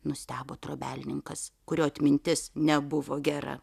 nustebo trobelninkas kurio atmintis nebuvo gera